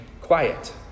quiet